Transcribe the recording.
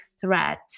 threat